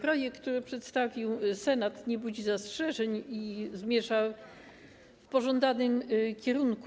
Projekt, który przedstawił Senat, nie budzi zastrzeżeń i zmierza w pożądanym kierunku.